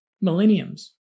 millenniums